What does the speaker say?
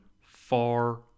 far